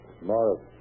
Morris